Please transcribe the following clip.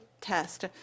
test